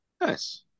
nice